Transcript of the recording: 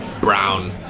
brown